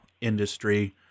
industry